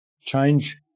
change